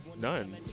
none